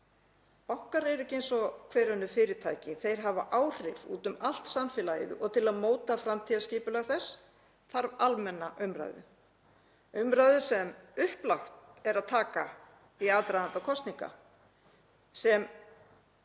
Bankar eru ekki eins og hver önnur fyrirtæki, þeir hafa áhrif út um allt samfélagið og til að móta framtíðarskipulag bankakerfisins þarf almenna umræðu sem upplagt er að taka í aðdraganda kosninga sem